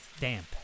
damp